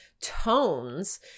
tones